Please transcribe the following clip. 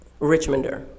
Richmonder